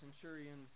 centurion's